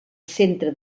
centre